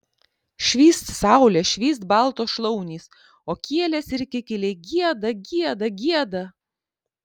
švyst saulė švyst baltos šlaunys o kielės ir kikiliai gieda gieda gieda